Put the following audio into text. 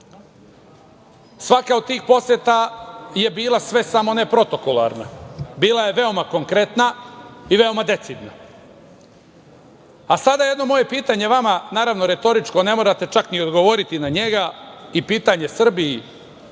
Svaka od tih poseta je bila sve samo ne protokolarna. Bila je veoma konkretna i veoma decidna. Sada jedno pitanje vama naravno retoričko. Ne morate ni odgovoriti na njega i pitanje Srbiji